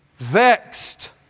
vexed